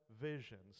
visions